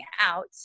out